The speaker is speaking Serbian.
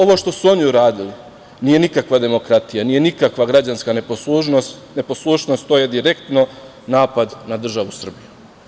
Ovo što su oni uradili nije nikakva demokratija, nije nikakva građanska neposlušnost to je direktno napad na državu Srbiju.